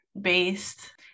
based